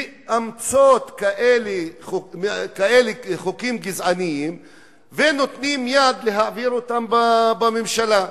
מאמצות כאלה חוקים גזעניים ונותנות יד להעביר אותם בממשלה?